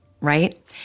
right